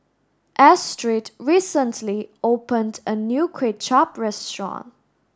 Astrid recently opened a new Kuay Chap restaurant